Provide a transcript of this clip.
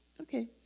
okay